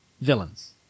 villains